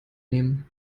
nehmen